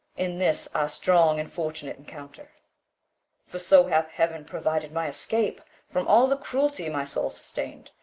in this our strong and fortunate encounter for so hath heaven provided my escape from all the cruelty my soul sustain'd,